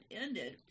ended